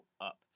up